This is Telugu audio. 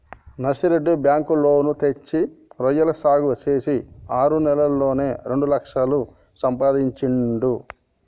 నర్సిరెడ్డి బ్యాంకు లోను తెచ్చి రొయ్యల సాగు చేసి ఆరు నెలల్లోనే రెండు లక్షలు సంపాదించిండు